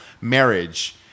marriage